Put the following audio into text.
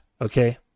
okay